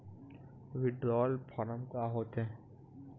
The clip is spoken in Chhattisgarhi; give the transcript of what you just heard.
विड्राल फारम का होथे?